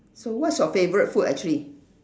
so what's your favourite food actually